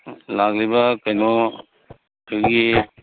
ꯂꯥꯛꯂꯤꯕ ꯀꯩꯅꯣ